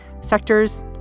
sectors